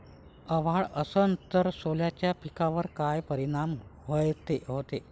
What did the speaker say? अभाळ असन तं सोल्याच्या पिकावर काय परिनाम व्हते?